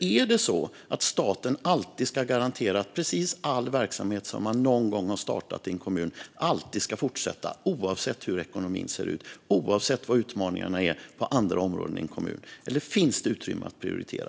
Är det så att staten alltid ska garantera att precis all verksamhet som man någon gång har startat i en kommun alltid ska fortsätta, oavsett hur ekonomin ser ut och oavsett vad utmaningarna är på andra områden i en kommun? Eller finns det utrymme för att prioritera?